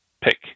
pick